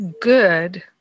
good